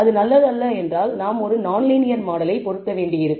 அது நல்லதல்ல என்றால் நாம் ஒரு நான் லீனியர் மாடலை பொருத்த வேண்டியிருக்கும்